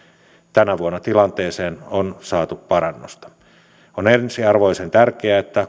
tänä vuonna tilanteeseen on saatu parannusta on ensiarvoisen tärkeää että